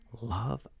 Love